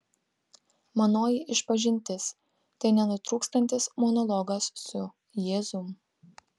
manoji išpažintis tai nenutrūkstantis monologas su jėzum